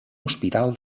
hospital